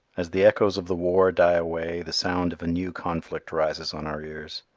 as the echoes of the war die away the sound of a new conflict rises on our ears.